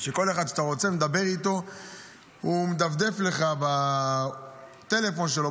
כל אחד שאתה מדבר איתו מדפדף בטלפון שלו,